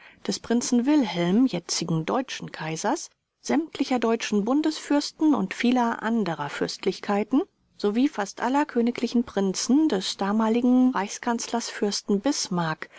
des prinzen wilhelm jetzigen deutschen kaisers sämtlicher deutschen bundesfürsten und vieler anderer fürstlichkeiten sowie fast aller königlichen prinzen des damaligen maligen reichskanzlers fürsten bismarck